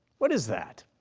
what is that?